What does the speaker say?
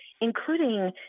including –